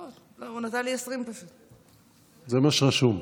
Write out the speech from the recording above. זה מה שרשום.